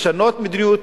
לשנות מדיניות,